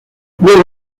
luego